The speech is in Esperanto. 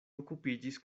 okupiĝis